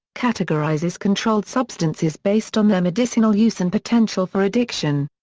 categorizes controlled substances based on their medicinal use and potential for addiction.